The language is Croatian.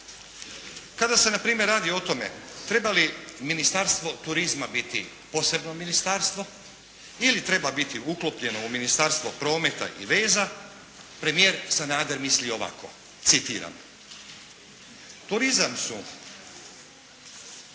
Kada se na primjer radi o tome treba li Ministarstvo turizma biti posebno ministarstvo ili treba biti uklopljeno u Ministarstvo prometa i veza premijer Sanader misli ovako citiram: Turizam su,